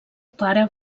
pare